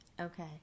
Okay